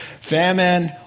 Famine